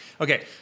Okay